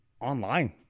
online